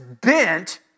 bent